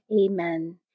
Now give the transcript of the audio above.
Amen